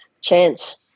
chance